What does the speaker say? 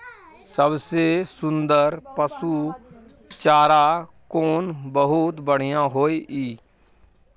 सबसे सुन्दर पसु चारा कोन बहुत बढियां होय इ?